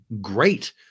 great